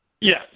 Yes